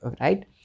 right